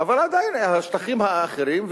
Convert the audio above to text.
אבל עדיין השטחים האחרים,